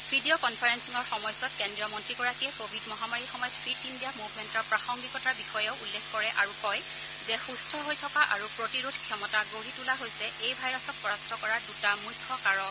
video কনফাৰেন্সিঙৰ সময়ছোৱাত কেন্দ্ৰীয় মন্ত্ৰীগৰাকীয়ে কোভিড মহামাৰীৰ সময়ত ফিট ইণ্ডিয়া মুভমেণ্টৰ প্ৰাসংগিকতাৰ বিষয়েও উল্লেখ কৰে আৰু কয় যে সুস্থ হৈ থকা আৰু প্ৰতিৰোধ ক্ষমতা গঢ়ি তোলা হৈছে এই ভাইৰাছক পৰাস্ত কৰা দুটা মুখ্য কাৰক